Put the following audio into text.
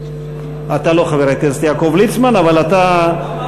אתה לא חבר הכנסת יעקב ליצמן, לא אמרתי.